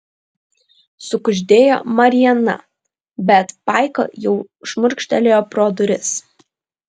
sukuždėjo mariana bet paika jau šmurkštelėjo pro duris